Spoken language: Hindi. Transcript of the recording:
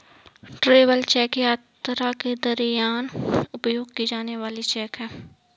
ट्रैवल चेक यात्रा के दरमियान उपयोग की जाने वाली चेक है